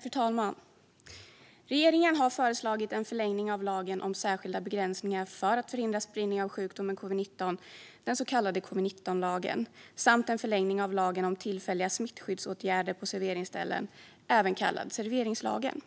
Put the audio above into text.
Fru talman! Regeringen har föreslagit en förlängning av lagen om särskilda begränsningar för att förhindra spridning av sjukdomen covid-19, den så kallade covid-19-lagen, samt en förlängning av lagen om tillfälliga smittskyddsåtgärder på serveringsställen, även kallad serveringslagen.